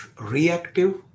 reactive